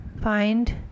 Find